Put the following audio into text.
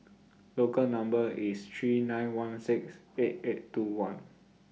Local Number IS three nine one six eight eight two one